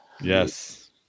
Yes